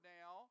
now